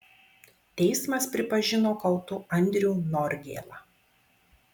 teismas pripažino kaltu andrių norgėlą